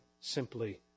simply